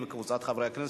הרווחה והבריאות